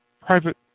Private